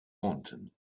content